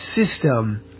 system